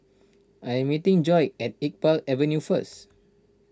I'm meeting Joi at Iqbal Avenue first